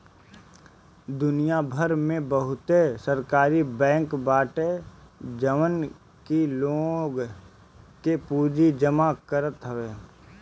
दुनिया भर में बहुते सहकारी बैंक बाटे जवन की लोग के पूंजी जमा करत हवे